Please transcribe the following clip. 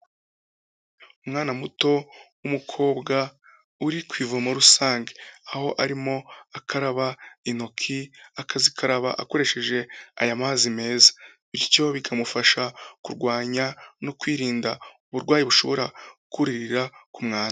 Umwana muto w'umukobwa, uri ku ivomo rusange, aho arimo akaraba intoki, akazikaraba akoresheje aya mazi meza, bityo bikamufasha kurwanya, no kwirinda uburwayi bushobora kuririra ku mwanda.